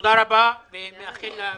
תודה רבה ואני מאחל לה בריאות.